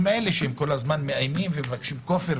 האלה שהם כל הזמן מאיימים ומבקשים כופר?